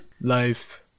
Life